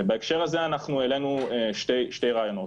ובהקשר הזה אנחנו העלינו שני רעיונות.